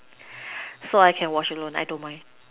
so I can watch alone I don't mind